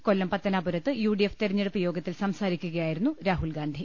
കൊല്ലം പത്തനാപുരത്ത് യുഡിഎഫ് തെരുഞ്ഞെടുപ്പ് യോഗത്തിൽ സംസാ രിക്കുകയായിരുന്നു രാഹുൽഗാന്ധി